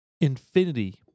infinity